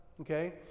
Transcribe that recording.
Okay